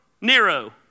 Nero